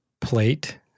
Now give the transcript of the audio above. plate